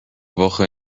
woche